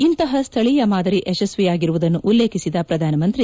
ಇಂತಹ ಸ್ಥಳೀಯ ಮಾದರಿ ಯಶಸ್ವಿಯಾಗಿರುವುದನ್ನು ಉಲ್ಲೇಖಿಸಿದ ಪ್ರಧಾನಮಂತ್ರಿ